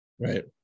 Right